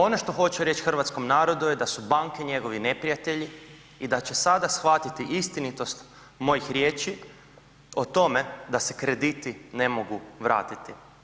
Ono što hoću reć hrvatskom narodu je da su banke njegovi neprijatelji i da će sada shvatiti istinitost mojih riječi o tome da se krediti ne mogu vratiti.